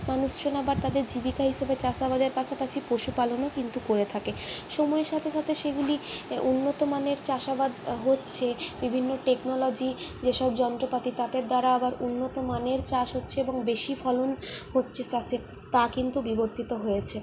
মানুষজন আবার তাদের জীবিকা হিসাবে চাষাবাদের পাশাপাশি পশুপালনও কিন্তু করে থাকে সময়ের সাথে সাথে সেগুলি উন্নতমানের চাষাবাদ হচ্ছে বিভিন্ন টেকনোলজি যেসব যন্ত্রপাতি তাদের দ্বারা আবার উন্নতমানের চাষ হচ্ছে এবং বেশি ফলন হচ্ছে চাষে তা কিন্তু বিবর্তিত হয়েছে